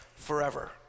Forever